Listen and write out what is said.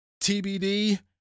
TBD